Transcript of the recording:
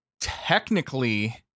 technically